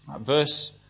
verse